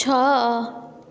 ଛଅ